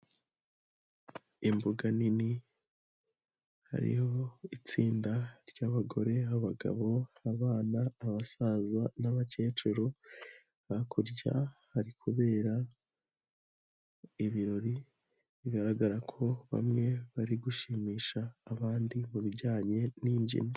Imbuga nini hariho itsinda rybagore, abagabo, abana, abasaza n'abakecuru, hakurya hari kubera ibirori bigaragara ko bamwe bari gushimisha abandi mu bijyanye n'imbyino.